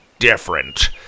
different